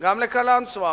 גם לקלנסואה.